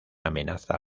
amenaza